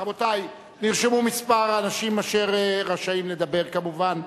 רבותי, נרשמו כמה אנשים, אשר רשאים לדבר, כמובן.